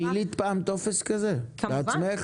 מילאת פעם טופס כזה בעצמך?